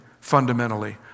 fundamentally